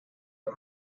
are